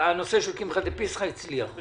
הנושא של קמחא דפסחא הצליחה.